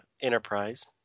Enterprise